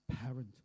parent